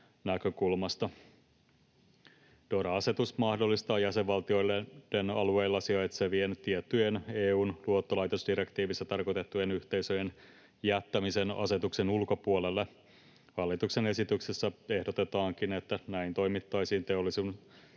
DORA-asetus mahdollistaa jäsenvaltioiden alueilla sijaitsevien, tiettyjen EU:n luottolaitosdirektiivissä tarkoitettujen yhteisöjen jättämisen asetuksen ulkopuolelle. Hallituksen esityksessä ehdotetaankin, että näin toimittaisiin Teollisen